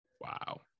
Wow